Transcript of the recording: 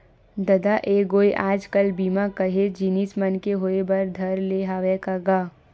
ददा ऐ गोय आज कल बीमा काहेच जिनिस मन के होय बर धर ले हवय का गा?